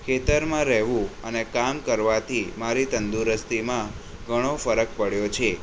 ખેતરમાં રહેવું અને કામ કરવાથી મારી તંદુરસ્તીમાં ઘણો ફરક પડ્યો છે